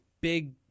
big